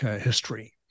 history